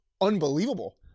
unbelievable